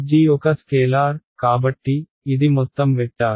g ఒక scalar కాబట్టి ఇది మొత్తం వెక్టార్